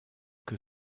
que